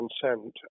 consent